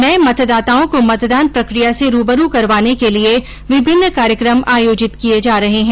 नये मतदाताओं को मतदान प्रकिया से रूबरू करवाने के लिए विभिन्न कार्यक्रम आयोजित किए जा रहे हैं